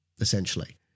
essentially